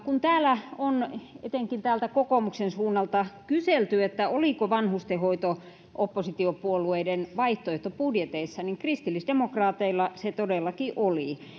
kun täällä on etenkin kokoomuksen suunnalta kyselty oliko vanhustenhoito oppositiopuolueiden vaihtoehtobudjeteissa niin kristillisdemokraateilla se todellakin oli